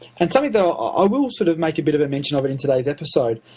and something that i ah will sort of make a bit of a mention of it in today's episode,